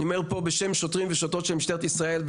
אני אומר פה בשם שוטרים ושוטרות של משטרת ישראל,